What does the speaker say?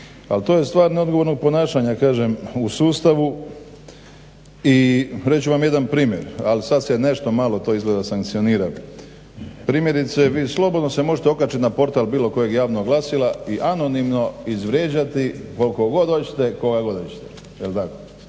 Ali to je stvar neodgovornog ponašanja u sustavu i reći ću vam jedan primjer, ali sad se nešto malo to izgleda sankcionira. Primjerice vi slobodno se možete okačit na portal bilo kojeg javnog glasila i anonimno izvrijeđati koliko god hoćete koga god hoćete